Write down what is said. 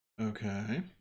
Okay